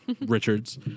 Richards